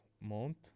Mont